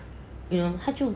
you know 他就